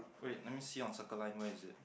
wait let me see on Circle Line where is it